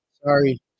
sorry